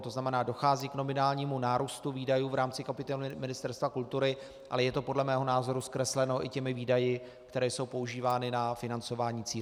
To znamená, dochází k nominálnímu nárůstu výdajů v rámci kapitoly Ministerstva kultury, ale je to podle mého názoru zkresleno i těmi výdaji, které jsou používány na financování církví.